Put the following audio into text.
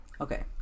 okay